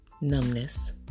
numbness